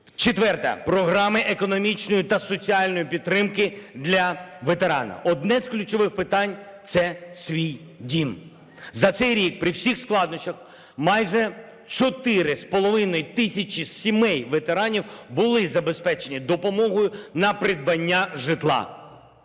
Четверте. Програми економічної та соціальної підтримки для ветерана. Одне з ключових питань – це свій дім. За цей рік при всіх складнощах майже 4,5 тисячі сімей ветеранів були забезпечені допомогою на придбання житла.